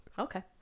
okay